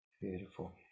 Beautiful